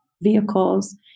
vehicles